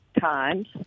times